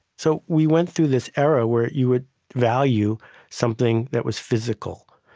so we went through this era where you would value something that was physical.